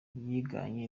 yiganye